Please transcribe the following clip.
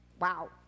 Wow